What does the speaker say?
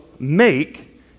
make